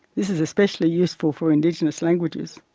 this is especially useful for indigenous languages.